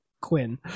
Quinn